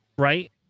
right